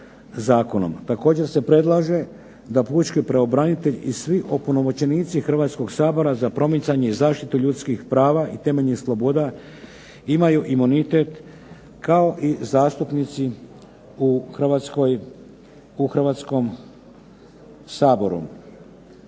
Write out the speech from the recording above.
Također se predlaže da pučki pravobranitelj i svi opunomoćenici Hrvatskoga sabora za promicanje i zaštitu ljudskih prava i temeljnih sloboda imaju imunitet kao i zastupnici u Hrvatskom saboru.